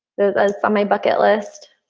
that's on my bucket list.